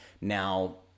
Now